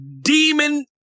demon